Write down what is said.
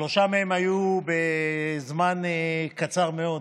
שלוש מהן היו לזמן קצר מאוד.